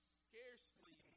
scarcely